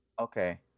Okay